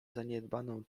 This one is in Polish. zaniedbaną